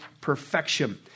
perfection